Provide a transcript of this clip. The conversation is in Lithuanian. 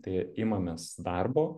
tai imamės darbo